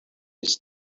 his